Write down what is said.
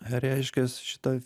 reiškias šita